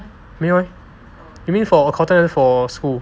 没有 leh you mean for accountant 还是 for school